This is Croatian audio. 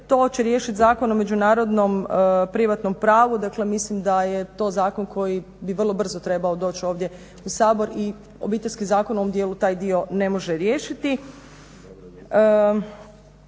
to će riješiti zakonom međunarodnom privatnom pravu, dakle mislim da je to zakon koji bi vrlo brzo trebao doći ovdje u Sabor i Obiteljski zakon u ovom dijelu taj dio ne može riješiti.